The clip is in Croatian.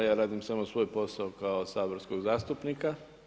Ja radim samo svoj posao kao saborski zastupnik.